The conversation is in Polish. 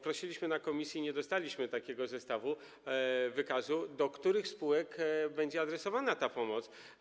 Prosiliśmy o to w komisji, nie dostaliśmy takiego zestawu, wykazu, do których spółek będzie adresowana ta pomoc.